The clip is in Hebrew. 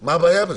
מה הבעיה בזה?